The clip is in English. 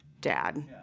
dad